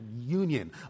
union